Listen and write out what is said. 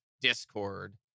discord